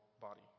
body